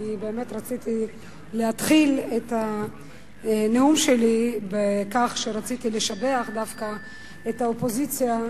אני באמת רציתי בתחילת הנאום שלי לשבח דווקא את האופוזיציה,